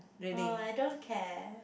uh I don't care